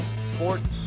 Sports